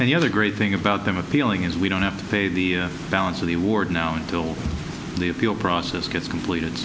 and the other great thing about them appealing is we don't have to pay the balance of the award now until the appeal process gets completed